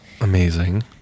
Amazing